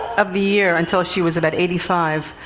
of the year until she was about eighty five.